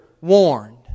warned